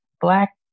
black